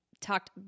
talked